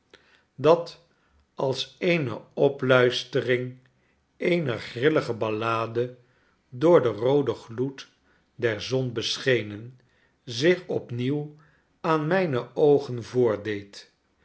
dat als eene opluistering eener grillige ballade door den rooden gloed der zon beschenen zich opnieuw aan mijne oogen